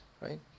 Right